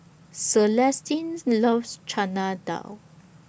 Celestine's loves Chana Dal